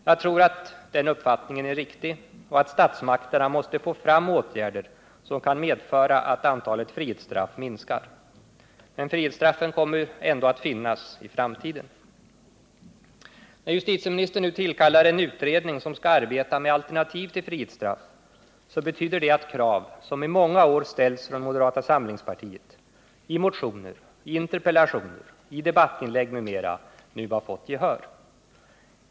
Jag tror att den uppfattningen är riktig och att statsmakterna måste få fram åtgärder som kan medföra att antalet frihetsstraff minskar. Men frihetsstraffen kommer ändå att finnas i framtiden. När justitieministern nu tillkallar en utredning som skall arbeta med alternativ till frihetsstraff betyder det att krav som i många år ställts från moderata samlingspartiet — i motioner, interpellationer, debattinlägg m.m. — har fått gehör.